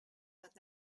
not